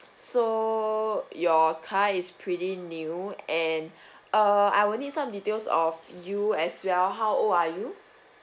so your car is pretty new and err I will need some details of you as well how old are you